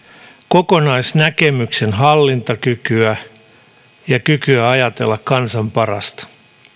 kokonaisnäkemyksen hallintakykyä ja kykyä ajatella kansan parasta